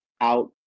out